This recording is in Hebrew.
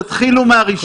תתחילו מהראשון.